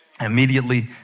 Immediately